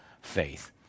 faith